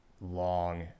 long